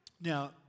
Now